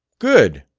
good!